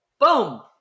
Boom